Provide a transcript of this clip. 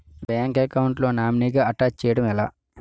Bank account లో నామినీగా attach చేయడం ఎలా?